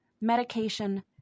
medication